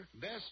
Best